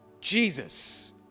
Jesus